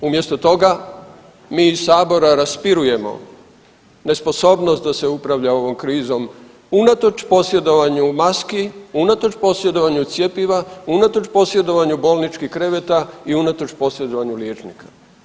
Umjesto toga mi iz sabora raspirujemo nesposobnost da se upravlja ovom krizom unatoč posjedovanju maski, unatoč posjedovanju cjepiva, unatoč posjedovanju bolničkih kreveta i unatoč posjedovanju liječnika.